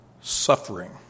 suffering